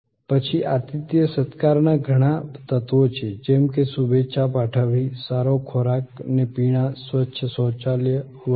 પછી આતિથ્યસત્કાર ના ઘણા તત્વો છે જેમકે શુભેચ્છા પાઠવવી સારો ખોરાક ને પીણાં સ્વચ્છ શૌચાલય વિગેરે